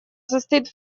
состоит